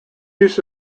use